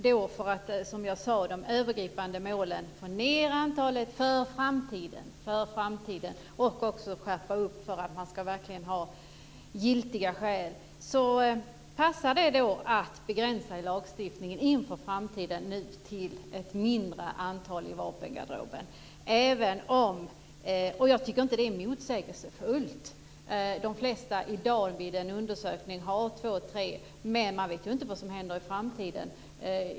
De övergripande målen är att få ned antalet vapen för framtiden och skärpa detta så att man verkligen ska ha giltiga skäl. Då passar det att begränsa i lagstiftning till ett mindre antal i vapengarderoben inför framtiden. Jag tycker inte att det är motsägelsefullt. De flesta i undersökningen har två tre vapen, men man vet ju inte vad som händer i framtiden.